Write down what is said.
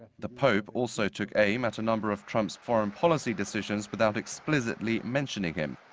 the pope also took aim at a number of trump's foreign policy decisions without explicitly mentioning him.